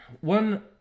one